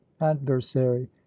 adversary